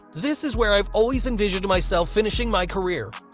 this is where i've always envisioned myself finishing my career.